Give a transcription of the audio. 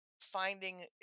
finding